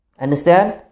Understand